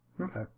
Okay